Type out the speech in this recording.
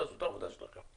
תעשו את העבודה שלכם.